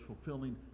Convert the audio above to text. fulfilling